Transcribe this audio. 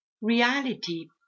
Reality